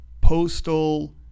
postal